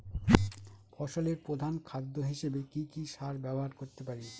ফসলের প্রধান খাদ্য হিসেবে কি কি সার ব্যবহার করতে পারি?